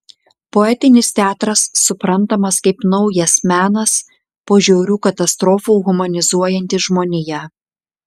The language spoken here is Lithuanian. poetinis teatras suprantamas kaip naujas menas po žiaurių katastrofų humanizuojantis žmoniją